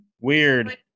Weird